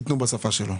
תנו בשפה שלו.